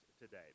today